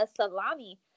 salami